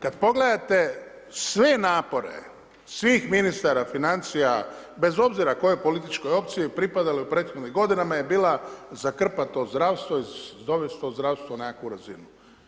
Kada pogledate sve napore, svih ministara financija, bez obzira kojoj političkoj opciji pripadala u prethodnim godinama je bila, zakrpati to zdravstvo i dovesti to zdravstvo na nekakvu razinu.